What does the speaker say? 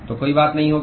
तो कोई बात नहीं होगी